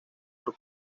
por